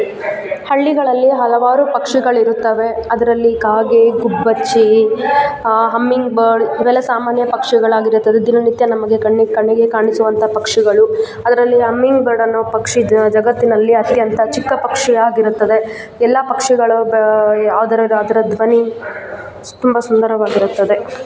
ಹಳ್ಳಿಗಳಲ್ಲಿ ಹಲವಾರು ಪಕ್ಷಿಗಳಿರುತ್ತವೆ ಅದರಲ್ಲಿ ಕಾಗೆ ಗುಬ್ಬಚ್ಚಿ ಹಮ್ಮಿಂಗ್ ಬರ್ಡ್ ಇವೆಲ್ಲ ಸಾಮಾನ್ಯ ಪಕ್ಷಿಗಳಾಗಿರುತ್ತದೆ ದಿನನಿತ್ಯ ನಮಗೆ ಕಣ್ಣಿಗೆ ಕಣ್ಣಿಗೆ ಕಾಣಿಸುವಂಥ ಪಕ್ಷಿಗಳು ಅದರಲ್ಲಿ ಅಮ್ಮಿಂಗ್ ಬರ್ಡ್ ಅನ್ನೋ ಪಕ್ಷಿ ಜಗತ್ತಿನಲ್ಲಿ ಅತ್ಯಂತ ಚಿಕ್ಕ ಪಕ್ಷಿ ಆಗಿರುತ್ತದೆ ಎಲ್ಲ ಪಕ್ಷಿಗಳು ಬ ಯಾವ್ದರು ಅದರ ಧ್ವನಿ ಸ್ ತುಂಬ ಸುಂದರವಾಗಿರುತ್ತದೆ